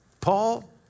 Paul